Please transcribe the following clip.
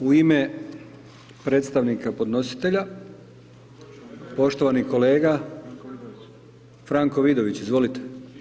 U ime predstavnika podnositelja, poštovani kolega Franko Vidović, izvolite.